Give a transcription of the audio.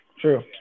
True